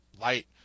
light